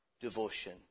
devotion